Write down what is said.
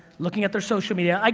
looking at their social media, like